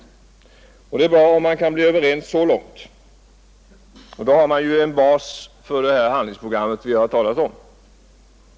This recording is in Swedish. Det är bra om man kan bli överens så långt. Då har man ju en bas för det handlingsprogram vi har talat om.